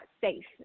safe